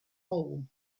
hole